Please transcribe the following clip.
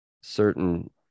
Certain